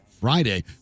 Friday